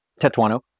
Tetuano